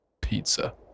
pizza